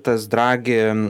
tas dragin